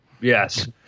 Yes